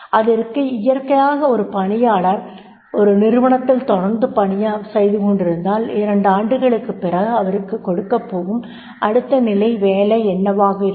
அது இயற்கையாக ஒரு பணியளர் ஒரு நிறுவனத்தில் தொடர்ந்து பணி செய்துகொண்டிருந்தால் இரண்டு ஆண்டுகளுக்குப் பிறகு அவருக்கு கொடுக்கப் போகும் அடுத்த நிலை வேலை என்னவாக இருக்கும்